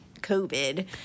COVID